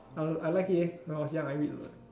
I like I like it leh when I was young I read